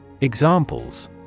Examples